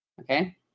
Okay